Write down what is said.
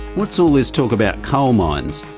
what's all this talk about coal mines?